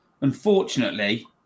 Unfortunately